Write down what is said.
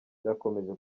byakomeje